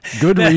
Good